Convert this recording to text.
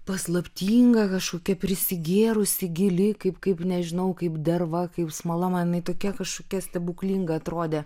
paslaptinga kažkokia prisigėrusi gili kaip kaip nežinau kaip derva kaip smala man jinai tokia kažkokia stebuklinga atrodė